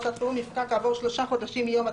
שעת חירום יפקע כעבור שלושה חודשים מיום התקנתן,